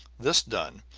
this done,